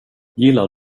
gillar